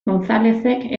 gonzalezek